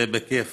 ובכיף.